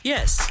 Yes